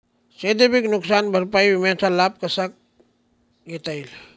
शेतीपीक नुकसान भरपाई विम्याचा लाभ मला कसा घेता येईल?